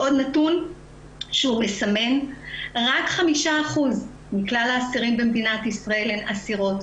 עוד נתון שהוא מסמן: רק 5% מכלל האסירים במדינת ישראל הן אסירות,